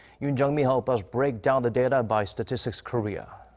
yoon jung-min help us break down the data by statistics korea.